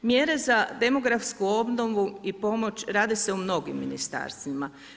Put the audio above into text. Mjere za demografsku obnovu i pomoć rade se u mnogim ministarstvima.